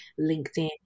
LinkedIn